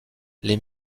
les